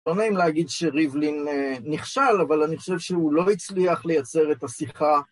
שונאים להגיד שריבלין נכשל, אבל אני חושב שהוא לא הצליח לייצר את השיחה.